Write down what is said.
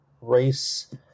race